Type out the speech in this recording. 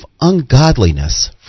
ungodliness